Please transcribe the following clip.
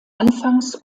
anfangs